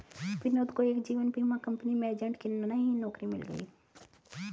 विनोद को एक जीवन बीमा कंपनी में एजेंट की नई नौकरी मिल गयी